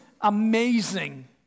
amazing